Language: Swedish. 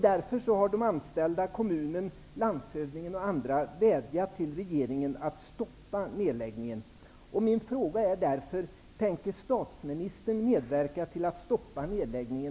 Därför har de anställda, representanter för kommunen, landshövdingen osv. vädjat till regeringen att stoppa nedläggningen.